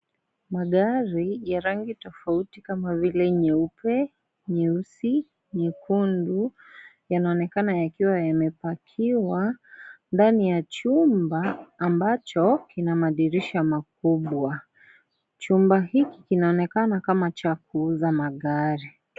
Magari ya rangi tofauti kama vile nyeupe, nyeusi, nyekundu yanaonekana yamepakiwa ndani ya chumba ambacho kina madirisha makubwa. Chumba hiki kinaonekana kama cha kuuza magari.